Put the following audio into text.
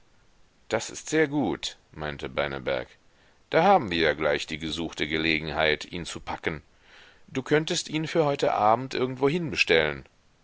das ist sehr gut meinte beineberg da haben wir ja gleich die gesuchte gelegenheit ihn zu packen du könntest ihn für heute abend irgendwohin bestellen